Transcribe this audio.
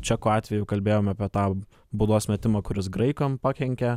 čekų atveju kalbėjome apie tą baudos metimą kuris graikam pakenkė